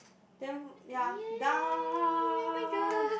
then ya done